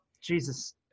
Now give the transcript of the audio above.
Jesus